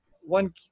one